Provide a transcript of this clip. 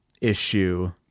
issue